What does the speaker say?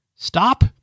stop